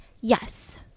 Yes